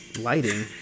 lighting